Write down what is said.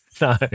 No